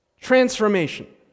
Transformation